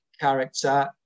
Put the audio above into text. character